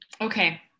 Okay